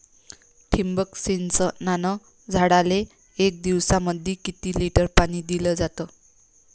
ठिबक सिंचनानं झाडाले एक दिवसामंदी किती लिटर पाणी दिलं जातं?